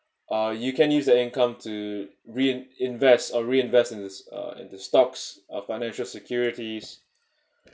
uh you can use your income to re~ invest or reinvest in this uh in the stocks of financial securities